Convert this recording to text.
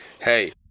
hey